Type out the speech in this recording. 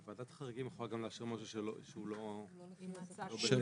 אבל ועדת החריגים יכולה גם לאשר משהו שהוא לא בהתאם להוראות.